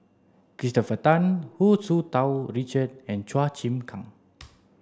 Christopher Tan Hu Tsu Tau Richard and Chua Chim Kang